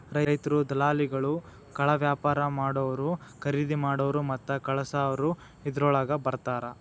ರೈತ್ರು, ದಲಾಲಿಗಳು, ಕಾಳವ್ಯಾಪಾರಾ ಮಾಡಾವ್ರು, ಕರಿದಿಮಾಡಾವ್ರು ಮತ್ತ ಕಳಸಾವ್ರು ಇದ್ರೋಳಗ ಬರ್ತಾರ